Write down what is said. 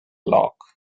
lock